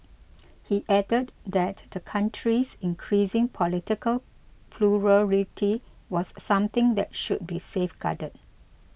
he added that the country's increasing political plurality was something that should be safeguarded